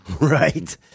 Right